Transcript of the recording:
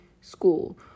school